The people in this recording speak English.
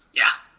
yeah,